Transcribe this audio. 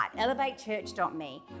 elevatechurch.me